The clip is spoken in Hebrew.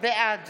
בעד